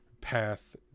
path